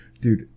Dude